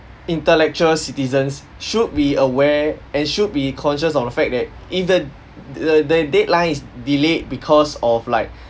intellectual citizens should be aware and should be conscious of the fact that either the the deadline is delayed because of like